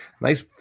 nice